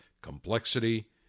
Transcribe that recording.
complexity